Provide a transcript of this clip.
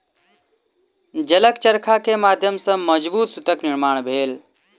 जलक चरखा के माध्यम सॅ मजबूत सूतक निर्माण भेल